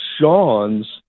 Sean's